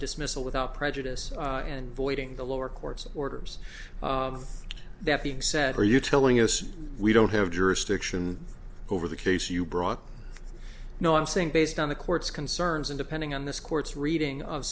dismissal without prejudice and voiding the lower court's orders that being said are you telling us we don't have jurisdiction over the case you brought no i'm saying based on the court's concerns and depending on this court's reading of